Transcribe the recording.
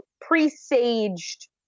presaged